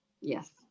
Yes